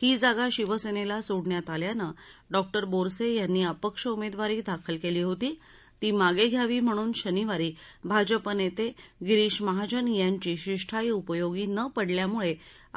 ही जागा शिवसेनेला सोडण्यात आल्याने डॉ बोरसे यांनी अपक्ष उमेदवारी दाखल केली होती ती मागे घ्यावी म्हणून शनिवारी भाजपा नेते गिरीष महाजन यांची शिष्टाई उपयोगी न पडल्यामुळे